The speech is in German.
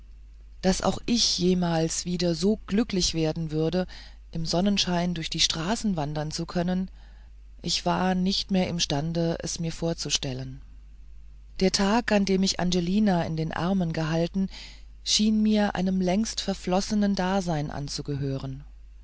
daß auch ich jemals wieder so glücklich werden würde im sonnenschein durch die straßen wandern zu können ich war nicht mehr imstande es mir vorzustellen der tag an dem ich angelina in den armen gehalten schien mir einem längstverflossenen dasein anzugehören